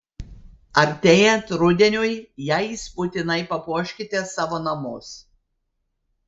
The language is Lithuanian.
artėjant rudeniui jais būtinai papuoškite savo namus